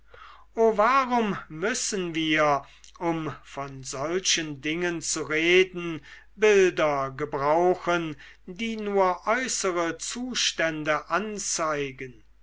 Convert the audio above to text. o warum müssen wir um von solchen dingen zu reden bilder gebrauchen die nur äußere zustände anzeigen